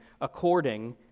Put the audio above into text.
according